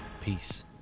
peace